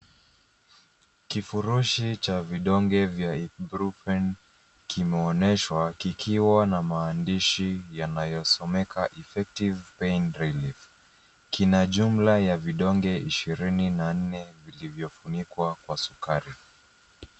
Kifurushi cha vidonge vya Ibuprofen kimeonyeshwa, kikiwa na maandishi yanayosomeka, effective pain relief . Kina jumla ya vidonge ishirini na nne vilivyofunikwa kwa sukari.